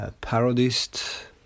parodist